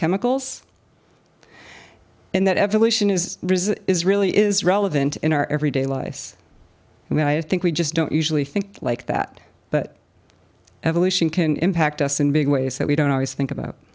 chemicals and that evolution is is really is relevant in our everyday life and i think we just don't usually think like that but evolution can impact us in big ways that we don't always think about